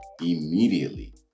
Immediately